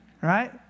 Right